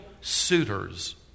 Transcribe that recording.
suitors